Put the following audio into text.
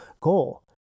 goal